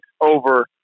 over